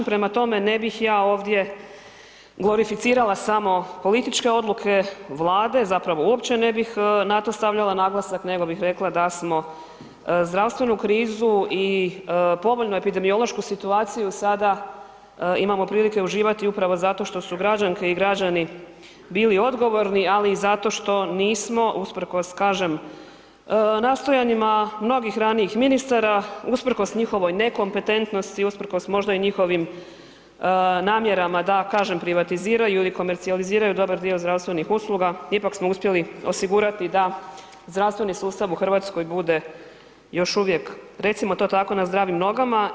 Prema tome, ne bih ja ovdje glorificirala samo političke odluke Vlade, zapravo uopće ne bih na to stavljala naglasak nego bih rekla da smo zdravstvenu krizu i povoljnu epidemiološku situaciju sada imamo prilike uživati upravo zato što su građanke i građani bili odgovorni, ali i zato što nismo usprkos kažem nastojanjima mnogih ranijih ministara, usprkos njihovoj nekompetentnosti, usprkos možda i njihovim namjerama da kažem privatiziraju ili komercijaliziraju dobar dio zdravstvenih usluga ipak smo uspjeli osigurati da zdravstveni sustav u Hrvatskoj bude još uvijek, recimo to tako, na zdravim nogama.